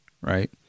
right